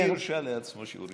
מי הרשה לעצמו שיעורים פרטיים?